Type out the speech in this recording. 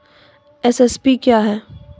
MSP क्या है?